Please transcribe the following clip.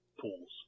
pools